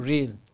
Real